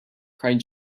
cried